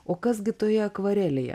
o kas gi toje akvarelėje